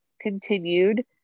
continued